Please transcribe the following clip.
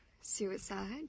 Suicide